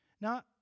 Now